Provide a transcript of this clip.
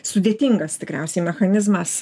sudėtingas tikriausiai mechanizmas